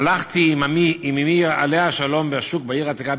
הלכתי עם אמי עליה השלום בשוק בעיר העתיקה,